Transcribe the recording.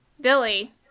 Billy